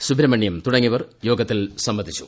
സുബ്രഹ്മണ്യം തുടങ്ങിയവർ യോഗത്തിൽ സ്ഥംബന്ധിച്ചു